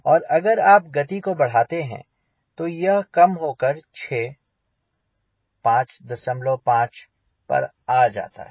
और अगर आप गति और बढ़ाते हैं तो यह कम होकर 6 55 पर आ जाता है